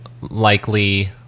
likely